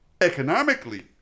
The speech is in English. Economically